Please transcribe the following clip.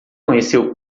conheceu